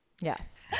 Yes